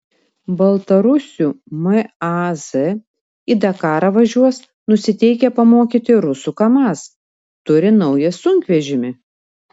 baltarusių maz į dakarą važiuos nusiteikę pamokyti rusų kamaz turi naują sunkvežimį